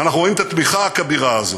ואנחנו רואים את התמיכה הכבירה הזאת,